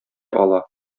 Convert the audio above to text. ала